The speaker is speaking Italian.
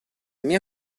mia